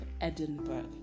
Edinburgh